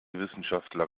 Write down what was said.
wissenschaftler